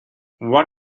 what